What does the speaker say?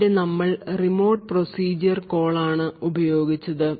അവിടെ നമ്മൾ remote procedure call ആണ് ഉപയോഗിച്ചത്